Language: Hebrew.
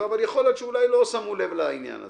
יכול להיות, אולי לא שמו לב לעניין הזה.